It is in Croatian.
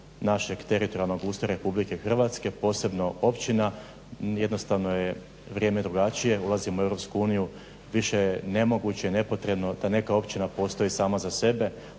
našeg teritorijalnog ustroja RH, posebno općina. Jednostavno je vrijeme drugačije, ulazimo u Europsku uniju, više je nemoguće, nepotrebno da neka općina postoji sama za sebe,